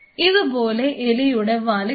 ഇതുപോലെ എലിയുടെ വാല് കിട്ടും